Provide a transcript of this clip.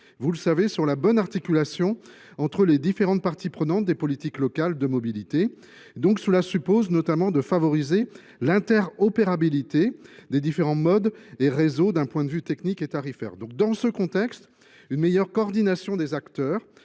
grande partie sur la bonne articulation entre les différentes parties prenantes des politiques locales de mobilité. Cela suppose notamment de favoriser l’interopérabilité des différents modes et réseaux de transport, d’un point de vue technique et tarifaire. Dans ce contexte, l’amélioration de la coordination des acteurs